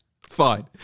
Fine